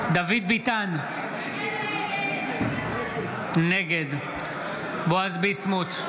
ביטן, נגד בועז ביסמוט,